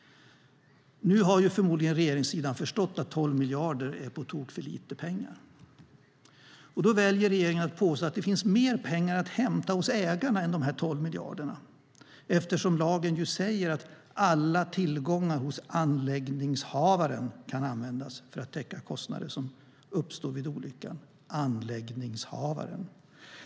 Nu har förmodligen regeringssidan förstått att 12 miljarder är på tok för lite pengar. Då väljer regeringen att påstå att det finns mer pengar att hämta hos ägarna än de 12 miljarderna eftersom lagen säger att alla tillgångar hos anläggningshavaren kan användas för att täcka kostnader som uppstår vid olyckan. Anläggningshavaren.